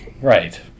Right